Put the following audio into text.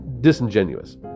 disingenuous